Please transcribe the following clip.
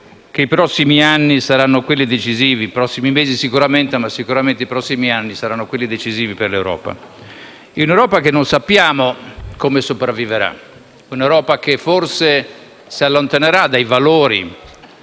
i prossimi anni saranno quelli decisivi per l'Europa, un'Europa che non sappiamo come sopravvivrà, che forse si allontanerà dai valori